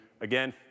again